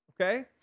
okay